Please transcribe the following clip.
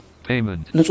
Payment. (